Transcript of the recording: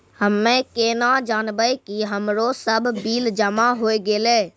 हम्मे केना जानबै कि हमरो सब बिल जमा होय गैलै?